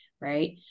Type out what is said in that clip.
right